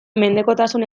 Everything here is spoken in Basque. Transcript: mendekotasun